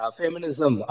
feminism